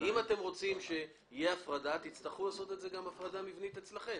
אם אתם רוצים שתהיה הפרדה תצטרכו לעשות גם הפרדה מבנית אצלכם.